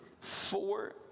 four